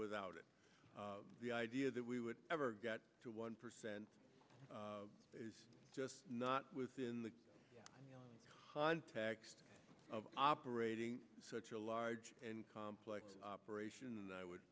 without it the idea that we would ever get to one percent is just not within the context of operating such a large and complex operation